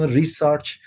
research